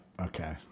okay